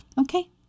Okay